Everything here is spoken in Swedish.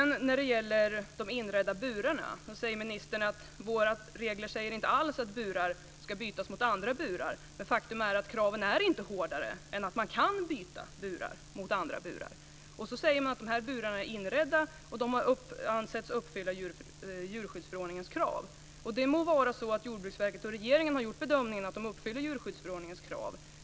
När det gäller de inredda burarna så säger ministern att våra regler inte alls säger att burar ska bytas mot andra burar. Men faktum är att kraven inte är hårdare än att man kan byta burar mot andra burar. Sedan sägs det att dessa burar är inredda och ansetts uppfylla djurskyddsförorordningens krav. Det må vara så att Jordbruksverket och regeringen har gjort bedömningen att de uppfyller djurskyddsförordningens krav.